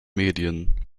medien